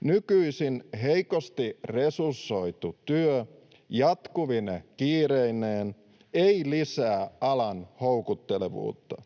Nykyisin heikosti resursoitu työ jatkuvine kiireineen ei lisää alan houkuttelevuutta.